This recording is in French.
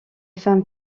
femmes